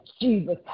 Jesus